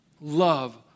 love